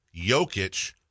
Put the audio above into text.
Jokic